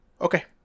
Okay